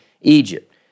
Egypt